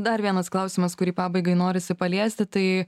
dar vienas klausimas kurį pabaigai norisi paliesti tai